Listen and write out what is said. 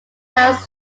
health